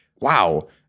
wow